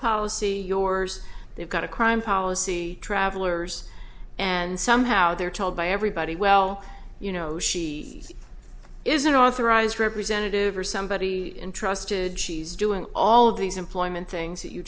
policy yours they've got a crime policy travelers and somehow they're told by everybody well you know she isn't authorized representative or somebody entrusted she's doing all these employment things that you